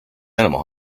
animal